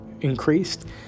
increased